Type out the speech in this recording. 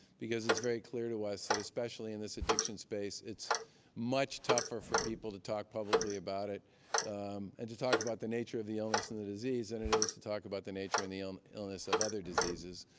because it's very clear to us that, especially in this addiction space, it's much tougher for people to talk publicly about it and to talk about the nature of the illness and the disease than and it is to talk about the nature and the um illness of other diseases.